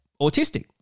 autistic